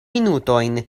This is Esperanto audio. minutojn